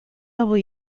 are